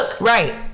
Right